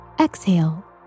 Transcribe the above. exhale